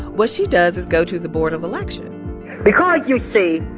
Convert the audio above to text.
what she does is go to the board of election because, you see,